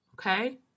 okay